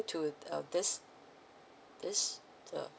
to uh this this uh